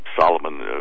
Solomon